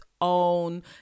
own